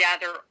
gather